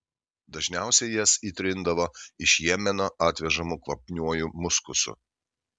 dažniausiai jas įtrindavo iš jemeno atvežamu kvapniuoju muskusu